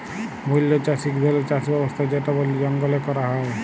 বল্য চাষ ইক ধরলের চাষ ব্যবস্থা যেট বলে জঙ্গলে ক্যরা হ্যয়